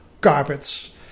carpets